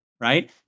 Right